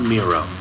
Miro